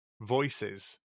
voices